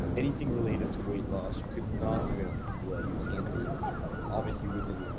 anything related to weight loss, you cannot do it on taboola, you can do it on outbrain. obviously, within